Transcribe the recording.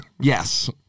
Yes